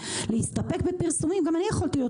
ולהסתפק בפרסומם גם אני יכולתי להיות